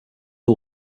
are